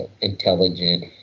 intelligent